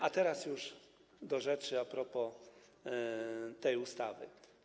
A teraz już do rzeczy a propos tej ustawy.